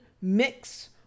mix